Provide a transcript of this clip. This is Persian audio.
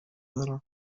دارم